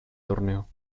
torneo